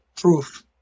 proof